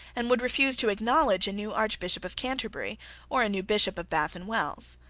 and would refuse to acknowledge a new archbishop of canterbury or a new bishop of bath and wells.